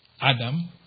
Adam